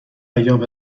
ایام